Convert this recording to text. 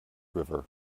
river